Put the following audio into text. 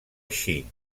així